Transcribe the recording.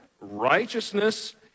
righteousness